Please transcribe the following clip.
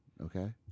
okay